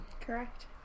Correct